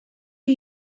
are